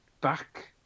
back